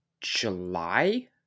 July